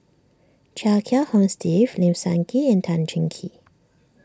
Chia Kiah Hong Steve Lim Sun Gee and Tan Cheng Kee